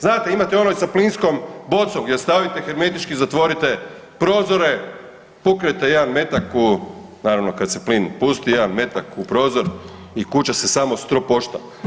Znate imate ono i sa plinskom bocom gdje stavite, hermetički zatvorite prozore, puknete jedan metak u naravno kada se plin pusti jedan metak u prozor u kuća se samo stropošta.